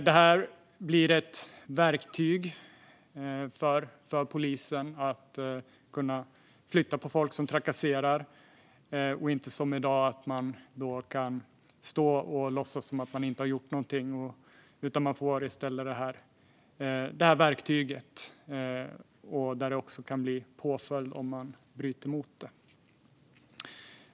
Detta blir ett verktyg för polisen att kunna flytta på folk som trakasserar. Dessa ska inte längre, som i dag, kunna stå och låtsas som om de inte har gjort någonting. I stället får vi detta verktyg, och det kan också bli påföljder för dem som bryter mot förbudet.